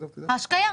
ההשקיה.